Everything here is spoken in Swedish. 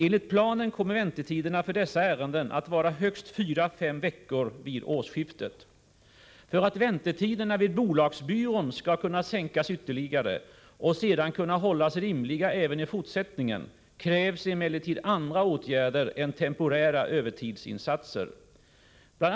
Enligt planen kommer väntetiderna för dessa ärenden att vara högst fyra fem veckor vid årsskiftet. För att väntetiderna vid bolagsbyrån skall kunna sänkas ytterligare och sedan kunna hållas rimliga även i fortsättningen krävs emellertid andra åtgärder än temporära övertidsinsatser. Bl.